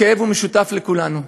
הכאב הוא משותף לכולנו.